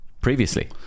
previously